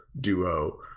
duo